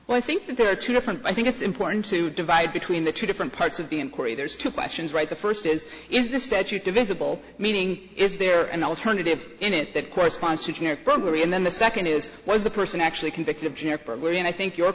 well i think there are two different i think it's important to divide between the two different parts of the inquiry there's two questions right the first is is the statute divisible meaning is there an alternative in it that corresponds to generic programming and then the second is was the person actually convicted of generic burglary and i think your